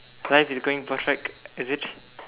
life is going perfect is it